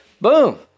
boom